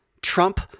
Trump